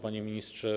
Panie Ministrze!